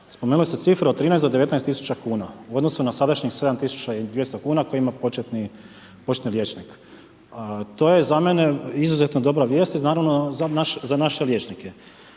Spomenu ste cifre od 13-19 tisuća kuna u odnosu na sadašnjih 7200 kuna koje ima početni liječnik. To je za mene izuzetno dobra vijest i naravno za naše liječnike.